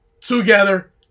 together